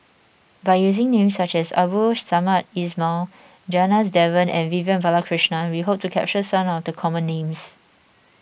by using names such as Abdul Samad Ismail Janadas Devan and Vivian Balakrishnan we hope to capture some of the common names